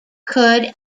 could